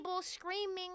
screaming